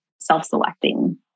self-selecting